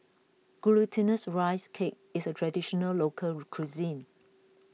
Glutinous Rice Cake is a Traditional Local Cuisine